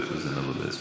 ואחרי זה נעבור להצבעה.